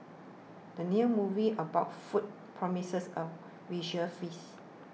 the new movie about food promises a visual feast